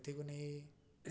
ନେଇ